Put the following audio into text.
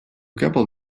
couple